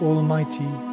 Almighty